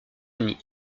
unis